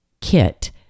kit